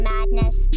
Madness